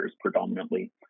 predominantly